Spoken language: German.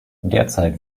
derzeit